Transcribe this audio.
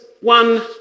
one